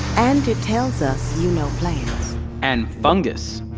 andi tells us you know plants and fungus!